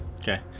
Okay